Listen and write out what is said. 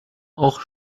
och